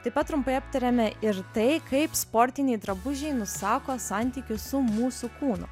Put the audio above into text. taip pat trumpai aptarėme ir tai kaip sportiniai drabužiai nusako santykius su mūsų kūnu